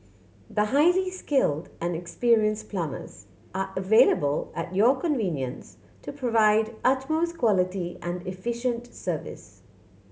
the highly skilled and experienced plumbers are available at your convenience to provide utmost quality and efficient service